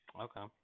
Okay